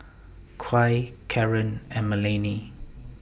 Kya Caron and Melanie